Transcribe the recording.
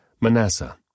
Manasseh